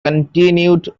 continued